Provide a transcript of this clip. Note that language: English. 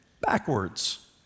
backwards